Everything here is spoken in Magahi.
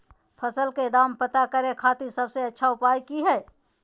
फसल के दाम पता करे खातिर सबसे अच्छा उपाय की हय?